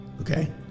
Okay